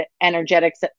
energetics